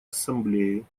ассамблеи